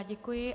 Děkuji.